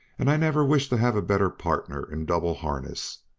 and i never wish to have a better partner in double harness.